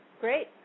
Great